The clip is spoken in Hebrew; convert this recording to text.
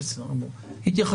נשמע